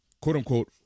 quote-unquote